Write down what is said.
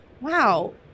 wow